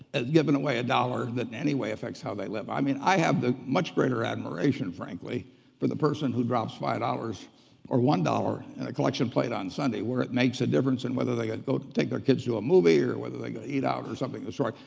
has given away a dollar that in any way affects how they live. i mean i have much greater admiration frankly for the person who drops five dollars or one dollar in a collection plate on sunday where it makes a difference in whether they go take their kids to a movie, or whether they go to eat out or something of the sort.